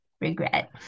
regret